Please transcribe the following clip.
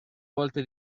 volte